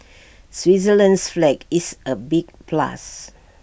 Switzerland's flag is A big plus